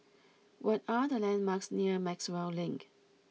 what are the landmarks near Maxwell Link